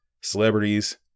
celebrities